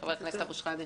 חבר הכנסת אבו שחאדה.